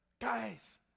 guys